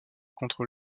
contre